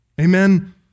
Amen